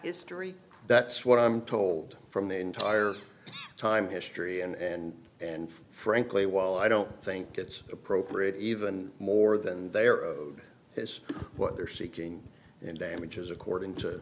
is story that's what i'm told from the entire time history and and frankly while i don't think it's appropriate even more than they are is what they're seeking in damages according to